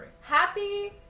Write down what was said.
happy